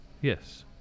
Yes